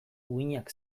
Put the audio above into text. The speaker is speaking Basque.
uhinak